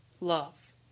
love